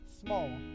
small